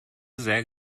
sehr